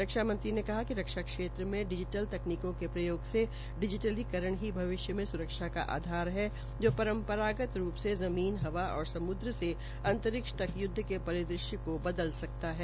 रक्षा मंत्री ने कहा कि रक्षा मे डिजीटल तकनीकों के प्रयोग से डिजीटलीकरण ही भविष्य में सुरक्षा का आधार है जो परम्परागत रूप से ज़मीन हवा और सम्द्र से अंतरिक्ष तक य्दव के परिदृश्य को बदल सकता है